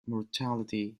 mortality